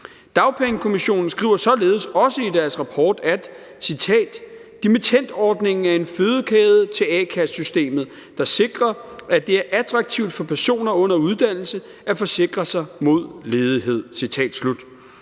Dagpengekommissionen skriver således også i deres rapport, at »dimittendordningen er en fødekæde til a-kassesystemet, der sikrer, at det er attraktivt for personer under uddannelse at forsikre sig imod ledighed«.